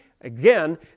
Again